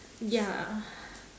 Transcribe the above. ya